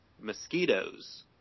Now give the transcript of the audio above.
mosquitoes